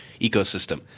ecosystem